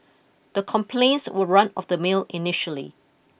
the complaints were run of the mill initially